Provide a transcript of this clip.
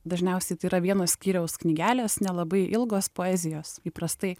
dažniausiai tai yra vieno skyriaus knygelės nelabai ilgos poezijos įprastai